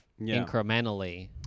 incrementally